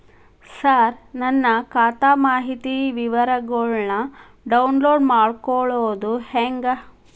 ಸರ ನನ್ನ ಖಾತಾ ಮಾಹಿತಿ ವಿವರಗೊಳ್ನ, ಡೌನ್ಲೋಡ್ ಮಾಡ್ಕೊಳೋದು ಹೆಂಗ?